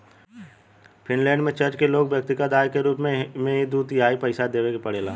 Finland में church के लोग के व्यक्तिगत आय कर के रूप में दू तिहाई पइसा देवे के पड़ेला